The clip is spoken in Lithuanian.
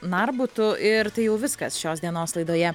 narbutu ir tai jau viskas šios dienos laidoje